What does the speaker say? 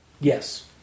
Yes